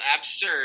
absurd